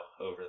over